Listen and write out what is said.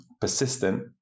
persistent